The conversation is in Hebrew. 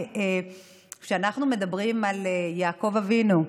כשאנחנו מדברים על יעקב אבינו,